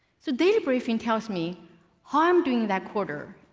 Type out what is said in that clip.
so data briefing tells me how i'm doing that quarter,